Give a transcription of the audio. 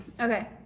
Okay